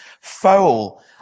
Foul